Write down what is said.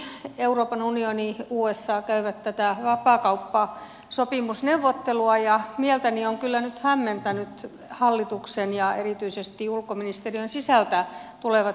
suomi euroopan unioni ja usa käyvät vapaakauppasopimusneuvottelua ja mieltäni ovat kyllä nyt hämmentäneet hallituksen ja erityisesti ulkoministeriön sisältä tulevat ristiriitaiset näkemykset